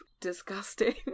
disgusting